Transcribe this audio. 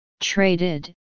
Traded